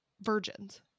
virgins